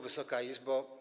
Wysoka Izbo!